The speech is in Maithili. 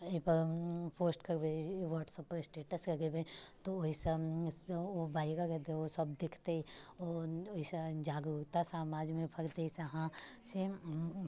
अइपर पोस्ट करबै जे ह्वाट्सअपपर स्टेटस लगेबै तऽ ओहिसँ ओ वायरल ओ सभ देखतै ओ ओइसँ जागरूकता समाजमे फैलतै से हाँ से